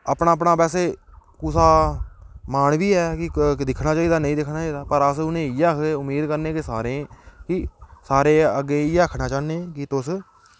अपना अपना बैसे कुसै दा मान बी ऐ की दिक्खना चाहिदा जां नेईं दिक्खना चाहिदा पर अस उनें ई इयैा आक्खने कि उम्मीद करने कि सारें ई अग्गें जाइयै आक्खना चाह्न्ने कि तुस